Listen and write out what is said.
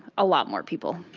a lot more people.